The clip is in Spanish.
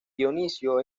dionisio